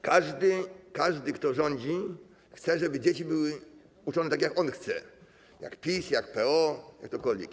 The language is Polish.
Każdy, kto rządzi, chce, żeby dzieci były uczone tak, jak on chce - jak PiS, jak PO, jak ktokolwiek.